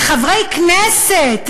לחברי כנסת,